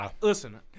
listen